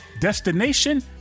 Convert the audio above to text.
Destination